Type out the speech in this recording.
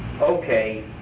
okay